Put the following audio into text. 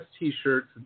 T-shirts